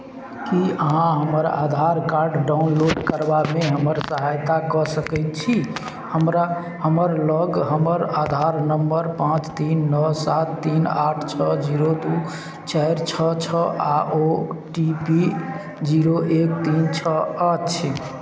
की अहाँ हमर Aadhaar card download करबामे हमर सहायता कऽ सकैत छी हमरा हमर लग हमर आधार नम्बर पाँच तीन नओ सात तीन आठ छओ जीरो दू चारि छओ छओ आ ओ टी पी जीरो एक तीन छओ अछि